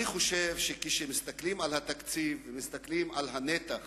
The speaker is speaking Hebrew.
אני חושב שכשמסתכלים על התקציב ומסתכלים על הנתח